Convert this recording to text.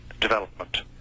development